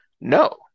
No